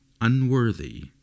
unworthy